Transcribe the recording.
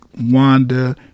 Wanda